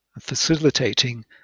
facilitating